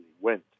went